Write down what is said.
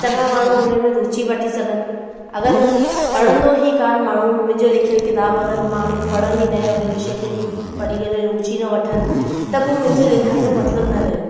चङा माण्हू उन में रुचि वठी सघनि अगरि पढ़ंदो ई कोन माण्हू मुंहिंजे लिखियल किताबु अगरि माण्हू पढ़नि ई न उन विषय खे पढ़ी करे रुचि न वठनि त पोइ मुंहिंजे लिखण जो मतिलबु न रहियो